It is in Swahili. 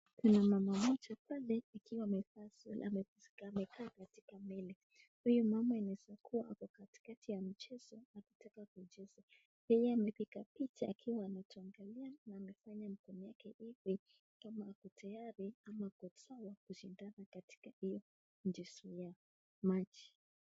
Kuna mama mmoja pale akiwa amekaa katika meli, huyu mama inaweza kuwa ako katikati ya michezo akitaka kucheza. Yeye amepiga picha akiwa anatuangalia na amefanya mikono yake hivi kama ako tayari ama ako sawa kushindana katika iyo mchezo ya maji.